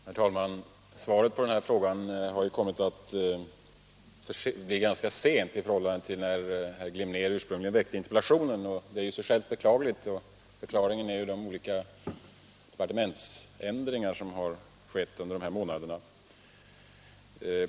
Herr talman! Svaret på den här interpellationen har ju kommit att lämnas ganska långt efter det att herr Glimnér framställde den. Det är i och för sig beklagligt — förklaringen är de olika departementsändringar som har gjorts under de senaste månaderna.